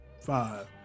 five